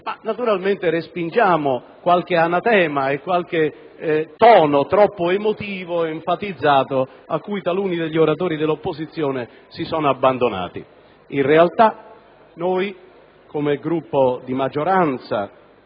naturalmente respingiamo qualche anatema e qualche tono troppo emotivo ed enfatizzato a cui taluni degli oratori dell'opposizione si sono abbandonati. In realtà, noi, come Gruppo di maggioranza,